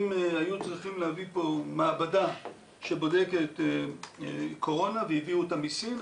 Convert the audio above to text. אם היו צריכים להביא פה מעבדה שבודקת קורונה והביאו אותה מסין,